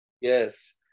Yes